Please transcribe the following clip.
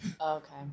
Okay